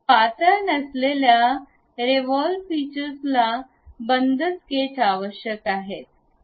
पातळ नसलेल्या revolve features ला बंद स्केच आवश्यक आहे